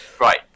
Right